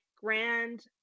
grand